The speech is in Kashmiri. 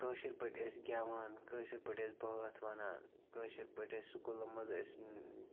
کٲشِر پٲٹھۍ ٲسۍ گٮ۪وان کٲشِر پٲٹھۍ ٲسۍ بٲتھ وَنان کٲشِر پٲٹھۍ ٲسۍ سکوٗلَن منٛز أسۍ